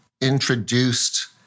introduced